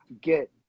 get